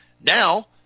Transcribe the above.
Now